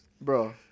Bro